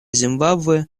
зимбабве